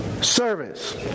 service